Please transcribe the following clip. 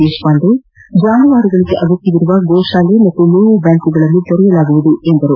ದೇತಪಾಂಡೆ ಜಾನುವಾರುಗಳಿಗೆ ಅಗತ್ಜವಿರುವ ಗೋ ಶಾಲೆ ಹಾಗೂ ಮೇವು ಬ್ಹಾಂಕುಗಳನ್ನು ತೆರೆಯಲಾಗುವುದು ಎಂದರು